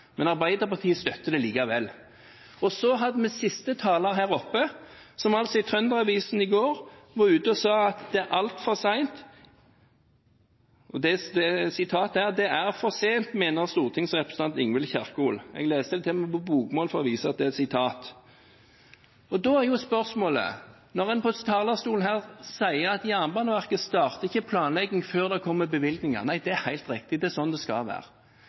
men Arbeiderpartiet støtter det likevel. Så har vi siste taler, som altså sa i Trønder-Avisa i går at det var altfor sent: «Det er for sent, mener stortingsrepresentant Ingvild Kjerkol.» Jeg leste det til og med på bokmål for å vise at det er et sitat. Når en her på talerstolen sier at Jernbaneverket ikke starter planlegging før det kommer bevilgninger, er det helt riktig. Det er sånn det skal være.